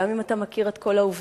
גם אם אתה מכיר את כל העובדות,